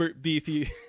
beefy